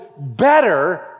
better